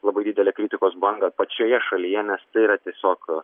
labai didelę kritikos bangą pačioje šalyje nes tai yra tiesiog